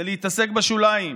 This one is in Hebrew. זה להתעסק בשוליים,